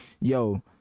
yo